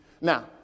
Now